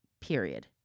period